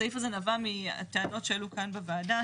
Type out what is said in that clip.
הסעיף הזה נבע מטענות שעלו כאן בוועדה,